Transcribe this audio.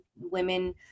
women